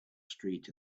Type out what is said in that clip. street